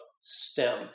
STEM